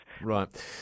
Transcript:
Right